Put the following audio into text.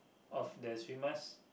of the swimmers